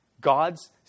God's